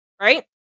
right